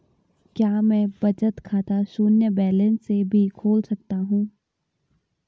क्या मैं बचत खाता शून्य बैलेंस से भी खोल सकता हूँ?